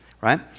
right